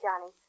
Johnny